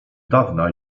dawna